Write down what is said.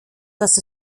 dass